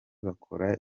bakora